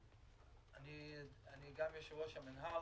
אני גם יושב-ראש המינהל.